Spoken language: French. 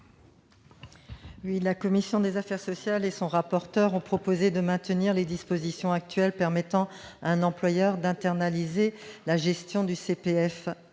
La commission des affaires sociales a proposé de maintenir les dispositions actuelles, permettant à un employeur d'internaliser la gestion du CPF